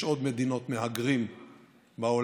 יש עוד מדינות מהגרים בעולם,